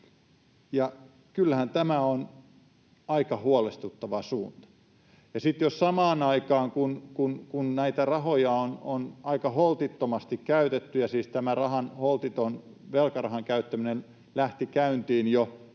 kyllähän tämä on aika huolestuttava suunta. Näitä rahoja on aika holtittomasti käytetty, ja siis tämä holtiton velkarahan käyttäminen lähti käyntiin jo ennen